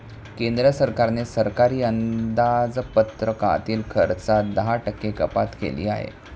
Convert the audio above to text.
केंद्र सरकारने सरकारी अंदाजपत्रकातील खर्चात दहा टक्के कपात केली आहे